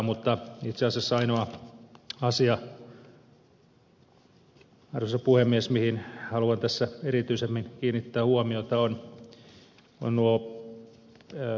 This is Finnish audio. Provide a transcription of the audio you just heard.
mutta itse asiassa ainoa asia arvoisa puhemies mihin haluan tässä erityisemmin kiinnittää huomiota ovat nuo yliopistokeskukset